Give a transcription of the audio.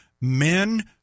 men